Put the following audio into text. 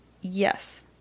Yes